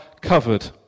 covered